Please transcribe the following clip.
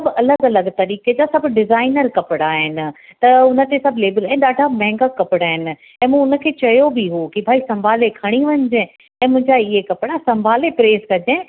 सभु अलॻि अलॻि तरीक़े जा सभु डिज़ाइनर कपिड़ा आहिनि त उन ते सभु लेबिल ऐं सभु ॾाढा महांगा कपिड़ा आहिनि ऐं मूं उनखे चयो बि हो की भई संभाले खणी वञिजे ऐं मुंहिंजा इहे कपिड़ा संभाले प्रेस कजांइ